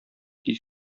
тиз